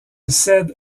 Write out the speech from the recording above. cède